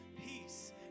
peace